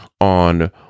on